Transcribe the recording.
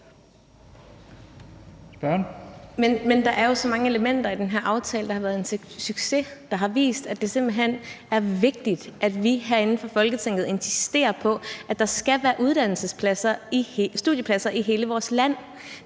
Men der er jo så mange elementer i den her aftale, der har været en succes, og som har vist, at det simpelt hen er vigtigt, at vi herinde fra Folketinget insisterer på, at der skal være studiepladser i hele vores land.